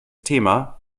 thema